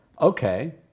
okay